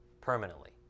permanently